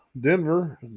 Denver